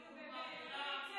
נו באמת.